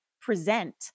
present